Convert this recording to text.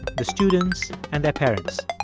the students and their parents.